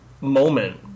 moment